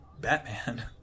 Batman